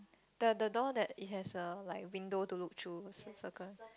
the the door that it has a like window to look through so circle